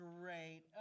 great